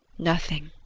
nothing!